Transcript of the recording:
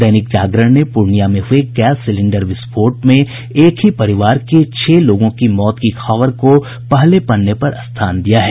दैनिक जागरण ने पूर्णियां में हुये गैस सिलेंडर विस्फोट में छह लोगों की मौत की खबर को पहले पन्ने पर स्थान दिया है